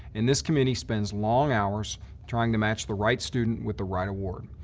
and this committee spends long hours trying to match the right student with the right award.